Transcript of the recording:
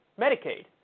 Medicaid